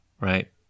right